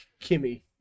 Kimmy